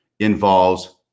involves